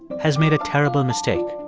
has made a terrible mistake